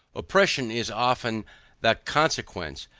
oppression is often the consequence,